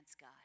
God